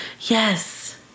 Yes